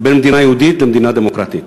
בין מדינה יהודית למדינה דמוקרטית.